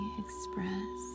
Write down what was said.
express